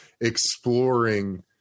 exploring